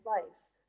place